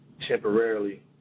temporarily